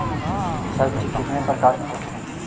सब्जी कितने प्रकार के होते है?